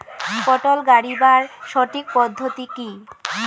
পটল গারিবার সঠিক পদ্ধতি কি?